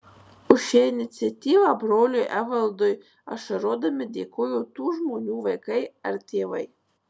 už šią iniciatyvą broliui evaldui ašarodami dėkojo tų žmonių vaikai ar tėvai